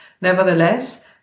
Nevertheless